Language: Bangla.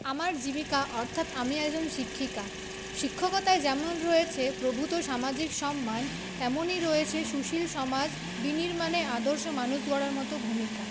আমার জীবিকা অর্থাৎ আমি একজন শিক্ষিকা শিক্ষাকতায় যেমন রয়েছে প্রভূত সামাজিক সম্মান তেমনই রয়েছে সুশীল সমাজ বিনির্মাণে আদর্শ মানুষ গড়ার মত ভূমিকা